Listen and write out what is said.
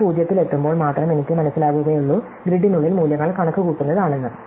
ഞാൻ 0 ൽ എത്തുമ്പോൾ മാത്രം എനിക്ക് മനസ്സിലാകുകയുള്ളൂ ഗ്രിഡിനുള്ളിൽ മൂല്യങ്ങൾ കണക്കുകൂട്ടുന്നതാണെന്ന്